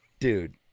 Dude